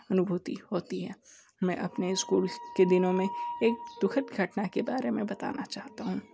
अनुभूति होती है मैं अपने स्कूल के दिनों में एक दुखद घटना के बारे में बताना चाहता हूँ